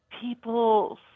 people